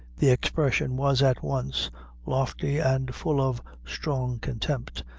the expression was at once lofty and full of strong contempt,